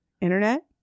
Internet